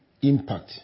impact